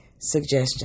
suggestion